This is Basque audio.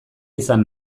izan